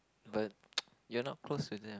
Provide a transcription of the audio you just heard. but you're not close with them